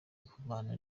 ihumana